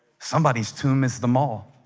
somebody's to miss them all